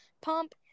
pump